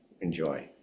enjoy